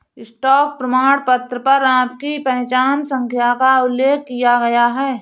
stock प्रमाणपत्र पर आपकी पहचान संख्या का उल्लेख किया गया है